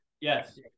Yes